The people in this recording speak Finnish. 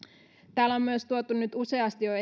täällä on myös tuotu nyt jo